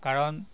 কাৰণ